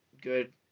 good